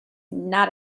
not